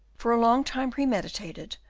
for a long time premeditated,